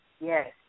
Yes